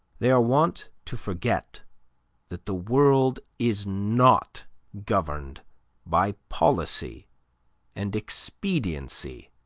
they are wont to forget that the world is not governed by policy and expediency.